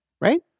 Right